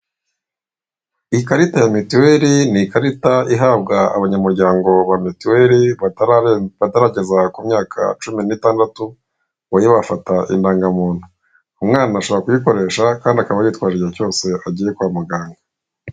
Ikarita ya mitiweri ni Ikarita ihabwa abanyamuryango ba mitiweri batarageza ku myaka cumi n'itandatu ngo babe bafata indangamuntu. Umwana ashobora kuyikoresha kandi akaba ayitwaje igihe cyose agiye kwa muganga.